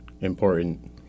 important